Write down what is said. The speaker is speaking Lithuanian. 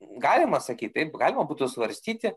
galima sakyt taip galima būtų svarstyti